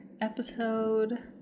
episode